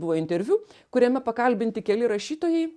buvo interviu kuriame pakalbinti keli rašytojai